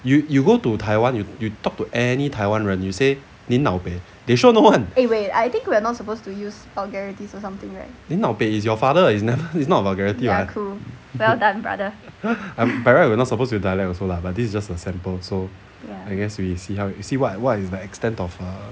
you you go to taiwan you you talk to any 台湾人 you say nin lao peh they sure know [one] nin lao peh is your father is not a vulgarity [what] by right we are not suppose to speak dialect also lah but this is just a sample so I guess we see how we see what what is the extent of uh